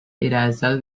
israel